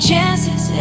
Chances